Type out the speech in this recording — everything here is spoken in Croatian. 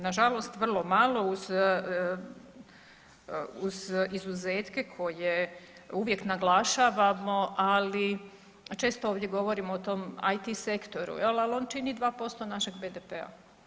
Nažalost vrlo malo uz izuzetke koje uvijek naglašavamo, ali često ovdje govorimo o tom IT sektoru, je li, ali on čini 2% našeg BDP-a.